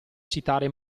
citare